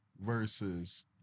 versus